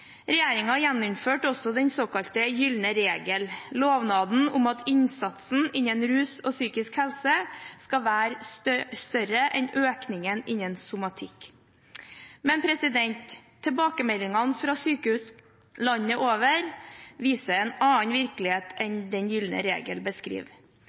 gjeninnførte også den såkalte gylne regel, lovnaden om at innsatsen innen rus og psykisk helse skal være større enn økningen innen somatikk, men tilbakemeldingene fra sykehus landet over viser en annen virkelighet enn den den gylne regel beskriver.